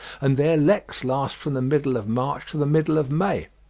and their leks last from the middle of march to the middle of may.